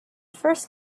first